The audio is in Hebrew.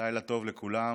לילה טוב לכולם.